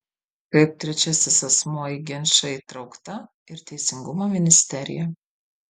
kaip trečiasis asmuo į ginčą įtraukta ir teisingumo ministerija